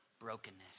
Brokenness